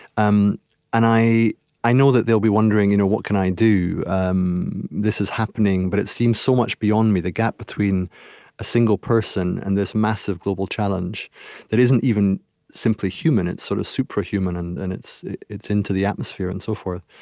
um and i i know that they'll be wondering, you know what can i do? um this is happening, but it seems so much beyond me. the gap between a single person and this massive global challenge that isn't even simply human it's sort of superhuman, and and it's it's into the atmosphere and so forth.